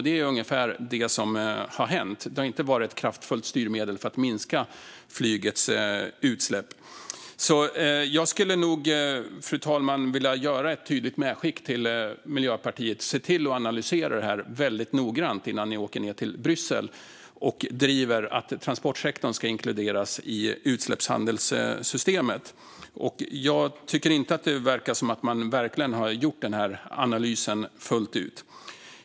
Det är ungefär det som har hänt. Det har inte varit ett kraftfullt styrmedel för att minska flygets utsläpp. Jag skulle vilja göra ett tydligt medskick till Miljöpartiet: Se till att analysera det här väldigt noggrant innan ni åker ned till Bryssel och driver att transportsektorn ska inkluderas i utsläppshandelssystemet! Ni verkar inte ha gjort den analysen fullt ut.